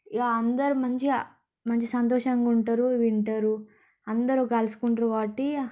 ఇక అందరు మంచిగా మంచి సంతోషంగా ఉంటారు వింటారు అందరు కలుసుకుంటారు కాబట్టీ